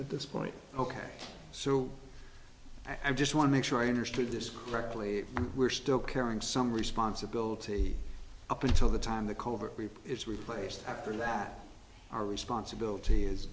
at this point ok so i just want to make sure i understood this correctly we're still carrying some responsibility up until the time the colbert report is replaced after that our responsibility is